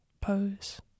pose